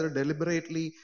deliberately